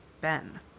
Ben